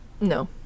No